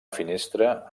finestra